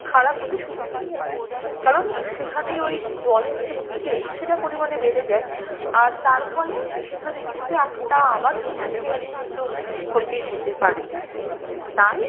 খারাপ হতে শুরু করতে পারে কারণ সেখানে ওই জলের যে স্কেল সেটা পরিমাণে বেড়ে যায় আর তার ফলে সেখানে কিন্তু একটা আবার ফিনান্সিয়ালি কিন্তু ক্ষতি হতে পারে তাই